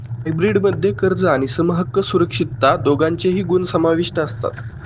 hybrid मध्ये कर्ज आणि समहक्क सुरक्षितता दोघांचेही गुण समाविष्ट असतात